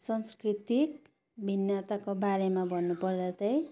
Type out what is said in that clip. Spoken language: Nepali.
सांस्कृतिक भिन्नताको बारेमा भन्नुपर्दा चाहिँ